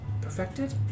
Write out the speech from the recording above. perfected